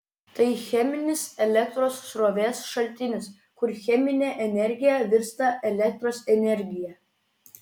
tai cheminis elektros srovės šaltinis kur cheminė energija virsta elektros energija